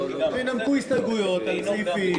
שינמקו הסתייגויות על סעיפים,